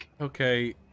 Okay